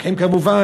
לוקחים כמובן,